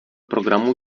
programů